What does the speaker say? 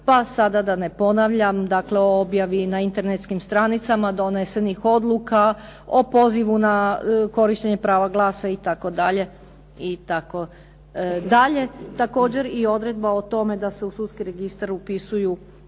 Pa sada da ne ponavljam, dakle objavi na internetskim stranicama donesenih odluka, o pozivu na korištenje prava glasa, itd.,